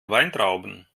weintrauben